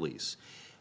lease